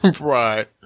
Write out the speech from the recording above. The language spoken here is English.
Right